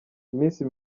iminsi